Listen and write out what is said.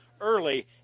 early